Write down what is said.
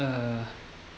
uh